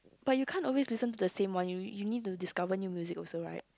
but you can't always listen to the same one you you need to discover new music also right